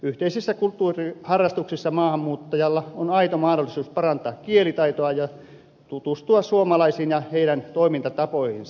yhteisissä kulttuuriharrastuksissa maahanmuuttajalla on aito mahdollisuus parantaa kielitaitoa ja tutustua suomalaisiin ja heidän toimintatapoihinsa